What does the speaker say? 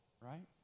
Right